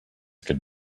could